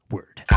Word